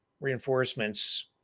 reinforcements